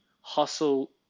hustle